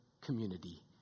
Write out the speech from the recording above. community